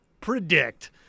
predict